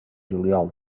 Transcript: juliol